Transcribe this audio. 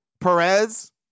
Perez